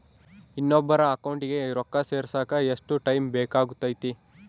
ಇನ್ನೊಬ್ಬರ ಅಕೌಂಟಿಗೆ ರೊಕ್ಕ ಸೇರಕ ಎಷ್ಟು ಟೈಮ್ ಬೇಕಾಗುತೈತಿ?